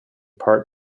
part